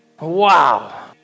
Wow